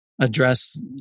address